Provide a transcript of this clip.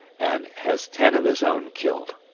and has ten of his own killed.